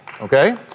Okay